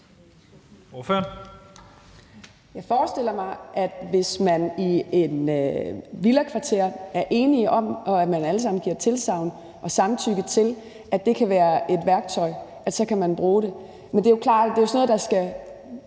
(KF): Jeg forestiller mig, at hvis man i et villakvarter er enige om det og alle giver tilsagn om og samtykke til, at det kan være et værktøj, kan det bruges. Men det er klart, at det er sådan